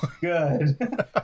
Good